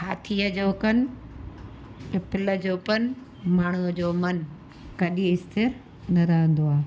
हाथीअ जो कनि पिपल जो पन माण्हूअ जो मन कॾहिं स्थिर न रहंदो आहे